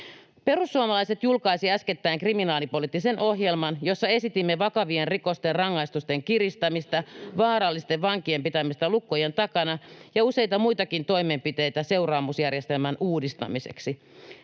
Perussuomalaiset julkaisi äskettäin kriminaalipoliittisen ohjelman, jossa esitimme vakavien rikosten rangaistusten kiristämistä, vaarallisten vankien pitämistä lukkojen takana ja useita muitakin toimenpiteitä seuraamusjärjestelmän uudistamiseksi.